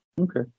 Okay